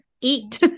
eat